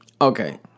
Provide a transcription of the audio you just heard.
Okay